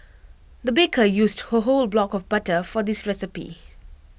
the baker used A whole block of butter for this recipe